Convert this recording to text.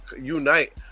unite